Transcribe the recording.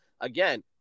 again